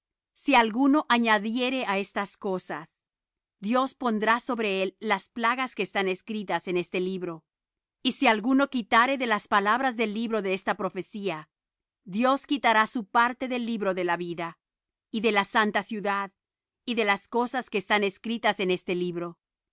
si alguno añadiere á estas cosas dios pondrá sobre él las plagas que están escritas en este libro y si alguno quitare de las palabras del libro de esta profecía dios quitará su parte del libro de la vida y de la santa ciudad y de las cosas que están escritas en este libro